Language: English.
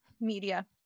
media